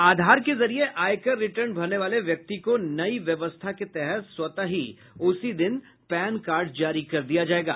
आधार के जरिये आयकर रिटर्न भरने वाले व्यक्ति को नई व्यवस्था के तहत स्वतः ही उसी दिन पैन कार्ड जारी कर दिया जायेगा